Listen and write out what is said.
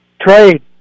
Trade